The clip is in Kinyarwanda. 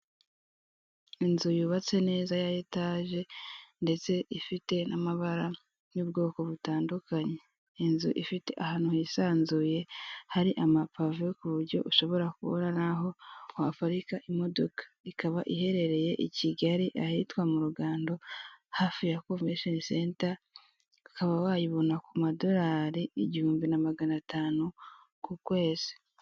Inzu yubatse neza ya etage ndetse ifite n'amabara y'ubwoko butandukanye, inzu ifite ahantu hisanzuye hari amapav ku buryo ushobora kubura n'aho waparika imodoka ikaba iherereye i Kigali ahitwa mu Rugando hafi ya Komveshoni senta ukaba wayibona ku madorari igihumbi na magana atanu ku kwezi.